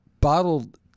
bottled